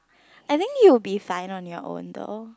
I think you will be fine on your own though